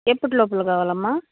ఎప్పుటి లోపల కావాలమ్మా